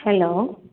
hello